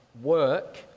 work